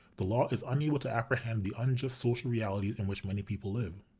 the law is unable to apprehend the unjust social realities in which many people live.